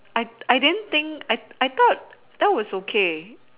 I I didn't think I I thought that was okay